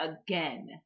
Again